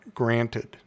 granted